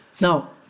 Now